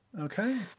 Okay